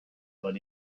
but